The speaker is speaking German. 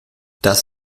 das